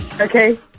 Okay